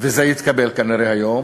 והוא יתקבל כנראה, היום,